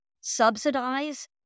subsidize